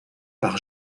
par